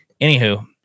anywho